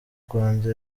rwanda